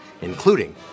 including